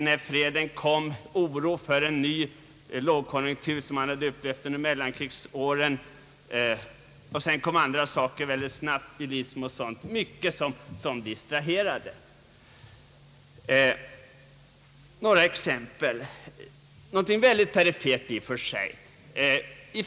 När freden kom kände de oro för en ny lågkonjunktur av samma slag som man hade upplevt under mellankrigsåren. Andra saker kom också snabbt, bilismen och annat distraherade. Jag vill anföra några exempel som i och för sig rör något mycket perifert.